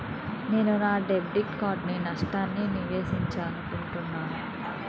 నేను నా debit card నష్టాన్ని నివేదించాలనుకుంటున్నాను